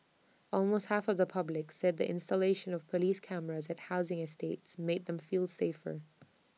almost half of the public said the installation of Police cameras at housing estates made them feel safer